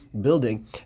building